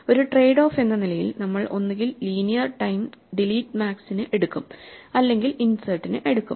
ഒരു trade off എന്ന നിലയിൽ നമ്മൾ ഒന്നുകിൽ ലീനിയർ ടൈം ഡിലീറ്റ് മാക്സിന് എടുക്കും അല്ലെങ്കിൽ ഇൻസെർട്ടിന് എടുക്കും